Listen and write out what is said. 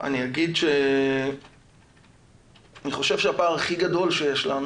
אני אגיד שאני חושב שהפער הכי גדול שיש לנו